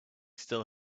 still